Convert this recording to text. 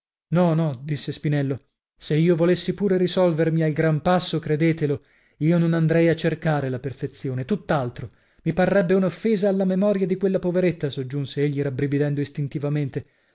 no no disse spinello se io volessi pure risolvermi al gran passo credetelo io non andrei a cercare la perfezione tutt'altro mi parrebbe un'offesa alla memoria di quella poveretta soggiunse egli rabbrividendo istintivamente